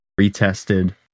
retested